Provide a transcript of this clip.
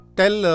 tell